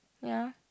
wait ah